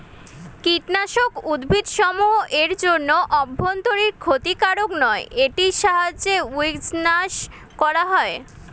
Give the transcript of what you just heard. কীটনাশক উদ্ভিদসমূহ এর জন্য অভ্যন্তরীন ক্ষতিকারক নয় এটির সাহায্যে উইড্স নাস করা হয়